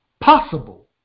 possible